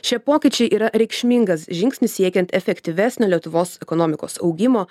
šie pokyčiai yra reikšmingas žingsnis siekiant efektyvesnio lietuvos ekonomikos augimo